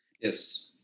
Yes